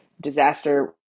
Disaster